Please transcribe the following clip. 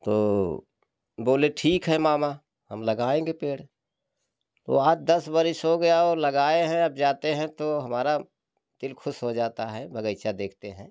तो बोले ठीक है मामा हम लगाएंगे पेड़ को आज दस वर्ष हो गया और लगाए है अब जाते हैं तो हमारा दिल खुश हो जाता है बगीचा देखते हैं